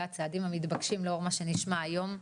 הצעדים המתבקשים לאור מה שנשמע היום.